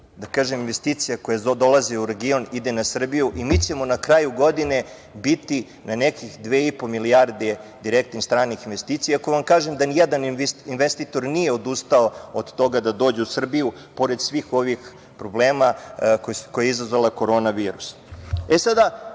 ukupnih investicija koje dolaze u region, ide na Srbiju i mi ćemo na kraju godine biti na nekih dve i po milijardi direktnih stranih investicija. Nijedan investitor nije odustao od toga da dođe u Srbiju pored svih ovih problema koje je izazvao korona